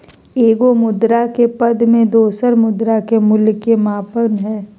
एगो मुद्रा के पद में दोसर मुद्रा के मूल्य के माप हइ